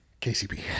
KCP